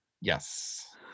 yes